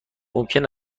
ممکن